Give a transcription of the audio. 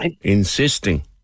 insisting